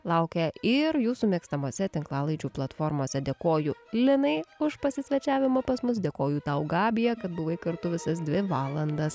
laukia ir jūsų mėgstamose tinklalaidžių platformose dėkoju linai už pasisvečiavimą pas mus dėkoju tau gabija kad buvai kartu visas dvi valandas